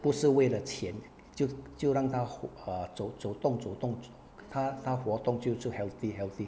不是为了钱就就让他活 eh 走走动走动他他活动就就 healthy healthy